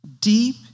deep